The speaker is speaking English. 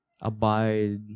abide